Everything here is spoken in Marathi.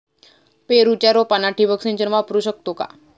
पेरूच्या रोपांना ठिबक सिंचन वापरू शकतो का?